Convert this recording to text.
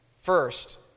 First